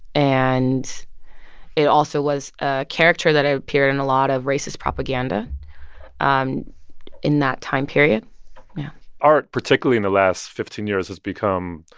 and it also was a character that ah appeared in a lot of racist propaganda um in that time period. yeah art, particularly in the last fifteen years, has become